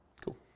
Cool